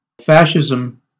Fascism